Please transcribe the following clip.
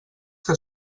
que